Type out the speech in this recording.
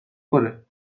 پره